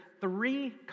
three